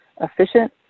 efficient